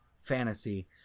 fantasy